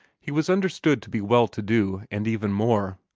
he was understood to be well-to-do and even more,